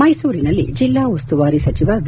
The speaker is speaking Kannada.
ಮೈಸೂರಿನಲ್ಲಿ ಜಿಲ್ಲಾ ಉಸ್ತುವಾರಿ ಸಚಿವ ವಿ